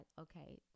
okay